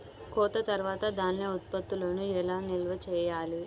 కోత తర్వాత ధాన్య ఉత్పత్తులను ఎలా నిల్వ చేయాలి?